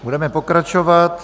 Budeme pokračovat.